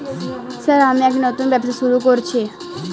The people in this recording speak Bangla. স্যার আমি একটি নতুন ব্যবসা শুরু করেছি?